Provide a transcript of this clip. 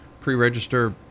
Pre-register